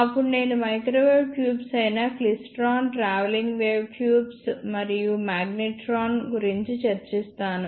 అప్పుడు నేను microwave tubes అయిన క్లిస్ట్రాన్ ట్రావెలింగ్ వేవ్ ట్యూబ్స్ మరియు మాగ్నెట్రాన్స్ గురించి చర్చిస్తాను